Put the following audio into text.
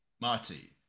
Marty